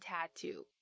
Tattoo 。